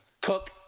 Cook